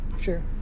Sure